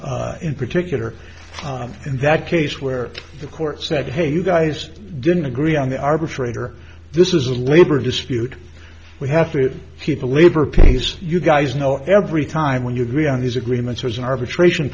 case in particular in that case where the court said hey you guys didn't agree on the arbitrator this is a labor dispute we have to keep the labor peace you guys know every time when you agree on these agreements or is an arbitration